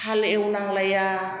हाल एवनांलाया